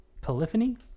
polyphony